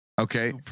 Okay